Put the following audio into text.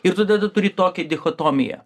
ir tu tada turi tokią dichotomiją